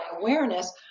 awareness